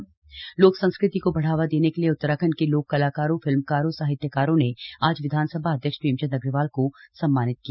कलाकारों का सम्मान लोक संस्कृति को बढ़ावा देने के लिए उत्तराखंड के लोक कलाकारों फिल्मकारों साहित्यकारों ने आज विधानसभा अध्यक्ष प्रेमचंद अग्रवाल को सम्मानित किया